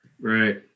Right